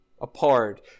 apart